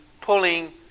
pulling